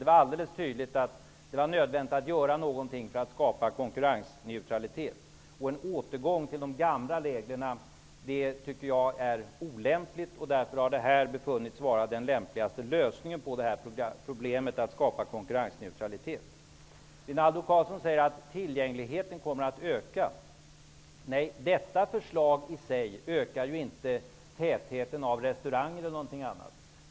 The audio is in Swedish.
Det var alldeles tydligt att det var nödvändigt att göra någonting för att skapa konkurrensneutralitet, och en återgång till de gamla reglerna tycker jag är olämplig. Det här har befunnits vara den lämpligaste lösningen på problemet att skapa konkurrensneutralitet. Rinaldo Karlsson säger att tillgängligheten kommer att öka. Men detta förslag i sig ökar ju inte tätheten av restauranger eller någonting annat.